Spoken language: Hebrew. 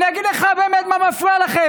אני אגיד לך, באמת, מה מפריע לכם.